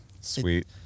sweet